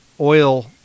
oil